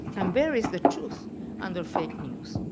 and buries the truth under fake news.